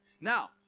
Now